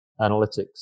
analytics